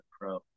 pro